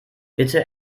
bitte